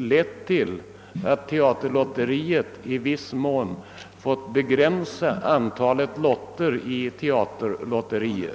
lett till att teaterlotteriet i viss mån fått begränsa antalet lotter.